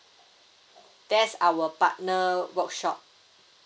that's our partner workshop